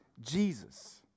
Jesus